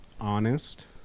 honest